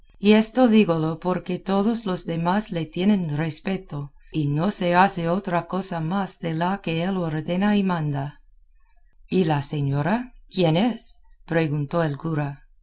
y esto dígolo porque todos los demás le tienen respeto y no se hace otra cosa más de la que él ordena y manda y la señora quién es preguntó el cura